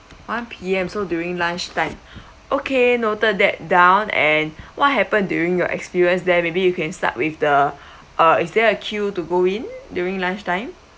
one P_M so during lunchtime okay noted that down and what happened during your experience there maybe you can start with the uh is there a queue to go in during lunchtime